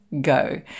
go